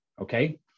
okay